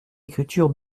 écriture